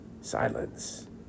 Silence